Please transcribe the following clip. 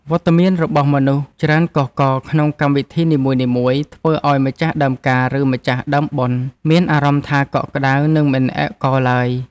វត្តមានរបស់មនុស្សច្រើនកុះករក្នុងកម្មវិធីនីមួយៗ ធ្វើឱ្យម្ចាស់ដើមការឬម្ចាស់ដើមបុណ្យមានអារម្មណ៍ថាកក់ក្តៅ និងមិនឯកោឡើយ។